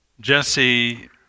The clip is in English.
Jesse